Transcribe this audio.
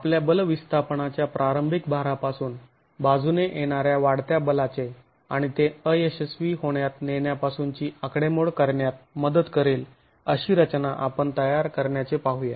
आपल्याला बल विस्थापनाच्या प्रारंभिक भारापासून बाजूने येणाऱ्या वाढत्या बलाचे आणि ते अयशस्वी होण्यात नेण्यापासून ची आकडेमोड करण्यात मदत करेल अशी रचना आपण तयार करण्याचे पाहूया